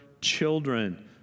children